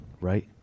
right